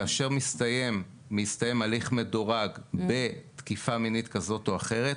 כאשר מסתיים הליך מדורג בתקיפה מינית כזאת או אחרת,